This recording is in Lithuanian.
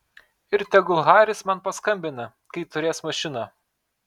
ir tegul haris man paskambina kai turės mašiną